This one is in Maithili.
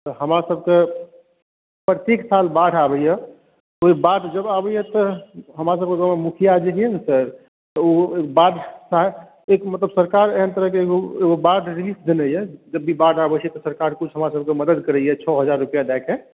तऽ हमरा सभकेँ प्रत्येक साल बाढ़ि आबैया ओहि बाढ़ि जब आबैया तऽ हमरा सभके गाँवमे जे मुखिया जी छै ने सर तऽ ओ बाढ़ि कहैके मतलब सरकारके एहन तरहके एगो बाढ़ि रिलीफ देने यऽ जब भी बाढ़ि आबै छै तऽ सरकार किछु हमरा सभकेँ मदद करैया छओ हजार रूपआ दऽ के